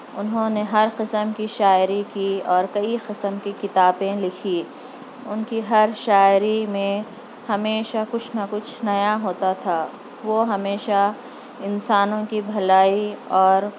انہوں نے ہر قسم کی شاعری کی اور کئی قسم کی کتابیں لکھی ان کی ہر شاعری میں ہمیشہ کچھ نہ کچھ نیا ہوتا تھا وہ ہمیشہ انسانوں کی بھلائی اور